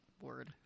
word